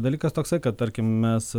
dalykas toksai kad tarkim mes